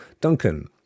duncan